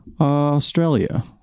australia